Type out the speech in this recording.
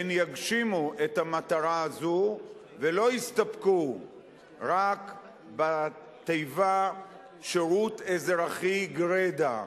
הן יגשימו את המטרה הזו ולא יסתפקו רק בתיבה "שירות אזרחי" גרידא.